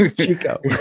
Chico